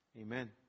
Amen